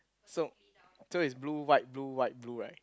so so it's blue white blue white blue right